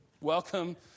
welcome